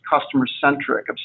customer-centric